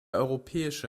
europäische